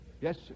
yes